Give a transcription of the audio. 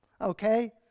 Okay